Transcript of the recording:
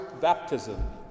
baptism